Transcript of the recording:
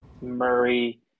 Murray